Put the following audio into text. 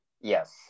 Yes